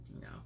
No